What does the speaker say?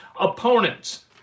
opponents